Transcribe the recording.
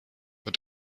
wird